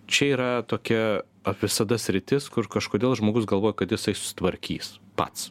čia yra tokia visada sritis kur kažkodėl žmogus galvoja kad jisai susitvarkys pats